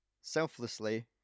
selflessly